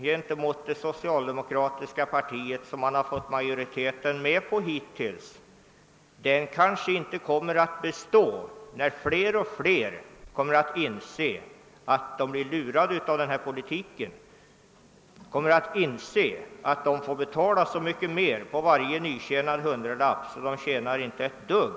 gentemot det socialdemokratiska partiet som majoriteten hittills visat kommer kanske inte att bestå, eftersom allt fler börjar inse att de luras av den här politiken och börjar märka, att de får betala så mycket mer i skatt på varje nytjänad hundralapp att det inte lönar sig ett dugg.